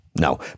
No